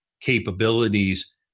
capabilities